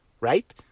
right